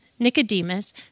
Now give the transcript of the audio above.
Nicodemus